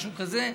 משהו כזה,